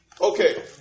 Okay